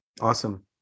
Awesome